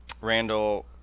Randall